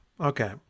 Okay